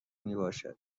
میباشد